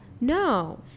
No